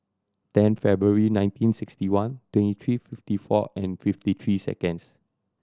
ten February nineteen sixty one twenty three fifty four and fifty three seconds